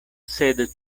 sed